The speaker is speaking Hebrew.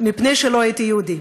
מפני שלא הייתי יהודי,